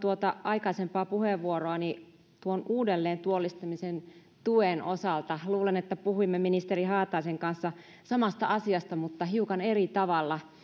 aikaisempaa puheenvuoroani tuon uudelleentyöllistämisen tuen osalta luulen että puhuimme ministeri haataisen kanssa samasta asiasta mutta hiukan eri tavalla nimittäin